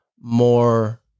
more